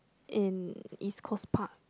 in East-Coast-Park